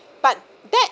but that